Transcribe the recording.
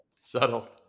Subtle